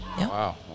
Wow